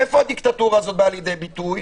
איפה הדיקטטורה הזו באה לידי ביטוי?